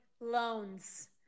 loans